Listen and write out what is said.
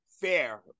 fair